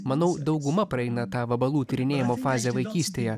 manau dauguma praeina tą vabalų tyrinėjimo fazę vaikystėje